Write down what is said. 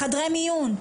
חדרי מיון.